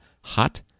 hot